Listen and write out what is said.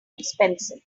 expensive